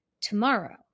tomorrow